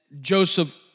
Joseph